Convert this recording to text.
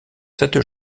cette